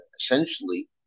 essentially